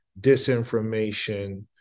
disinformation